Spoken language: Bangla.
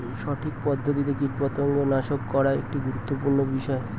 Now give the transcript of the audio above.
সঠিক পদ্ধতিতে কীটপতঙ্গ নাশ করা একটি গুরুত্বপূর্ণ বিষয়